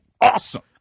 awesome